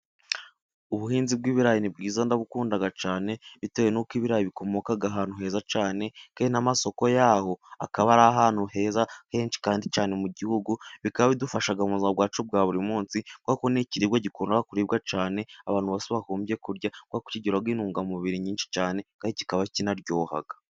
Ubuhinzi bw'ibirayi ni bwiza ndabukunda cyane bitewe n'uko ibirayi bikomoka ahantu heza cyane. Kandi n'amasoko y'aho akaba ari ahantu heza henshi kandi cyane mu gihugu. Bikaba bidufasha mu buzima bwacu bwa buri munsi, kuko ni ikiribwa gikurura kuribwa cyane abantu bagombye kurya kubera ko kigira intungamubiri nyinshi cyane kandi kikaba kinaryoha.